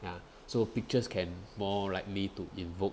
ya so pictures can more likely to invoke